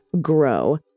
GROW